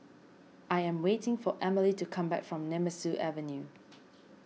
I am waiting for Emely to come back from Nemesu Avenue